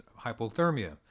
hypothermia